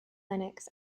linux